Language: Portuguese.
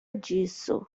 disso